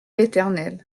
éternel